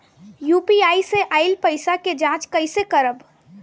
UPI से आइल पईसा के जाँच कइसे करब?